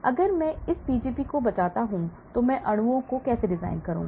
अगर मैं इस Pgp से बचना चाहता हूं तो मैं अणुओं को कैसे डिजाइन करूं